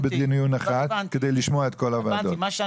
בדיון אחד כדי לשמוע את כל העמדות.